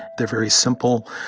they're very simple.